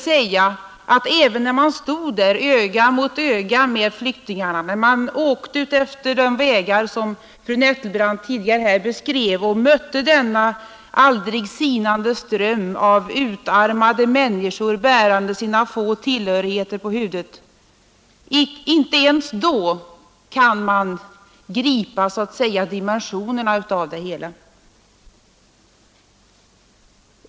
Och inte ens när man stod där öga mot öga med flyktingarna, när man åkte utefter de vägar som fru Nettelbrandt tidigare beskrev och mötte denna aldrig sinande ström av utarmade människor, bärande sina få tillhörigheter på huvudet, inte ens då kunde man så att säga gripa dimensionerna av det hela.